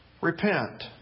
Repent